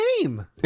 name